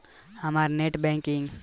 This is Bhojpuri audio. हमरा नेट बैंकिंग से पईसा भेजे के बा बताई?